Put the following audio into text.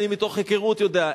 אני מתוך היכרות יודע,